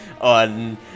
on